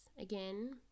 Again